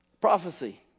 Prophecy